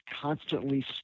constantly